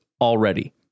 already